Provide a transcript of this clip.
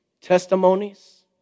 testimonies